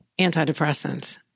antidepressants